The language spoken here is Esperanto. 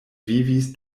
vivis